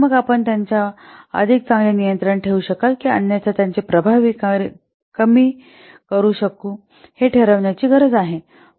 तर मग आपण त्यांच्यावर अधिक चांगले नियंत्रण ठेवू शकाल की अन्यथा त्यांचे प्रभाव कमी करू शकू हे ठरविण्याची गरज आहे